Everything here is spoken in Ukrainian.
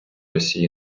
росії